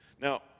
Now